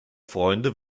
freunde